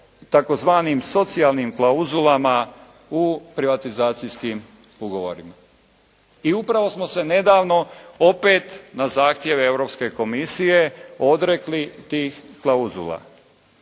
tzv. socijalnim klauzulama u privatizacijskim ugovorima. I upravo smo se nedavno opet na zahtjev Europske komisije odrekli tih klauzula.